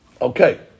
Okay